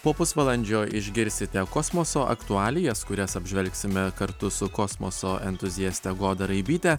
po pusvalandžio išgirsite kosmoso aktualijas kurias apžvelgsime kartu su kosmoso entuziaste goda raibyte